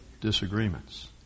disagreements